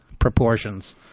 proportions